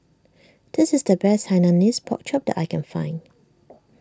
this is the best Hainanese Pork Chop that I can find